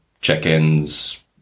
check-ins